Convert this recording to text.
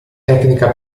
tecnica